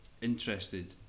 interested